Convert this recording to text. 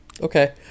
Okay